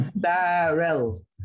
Darrell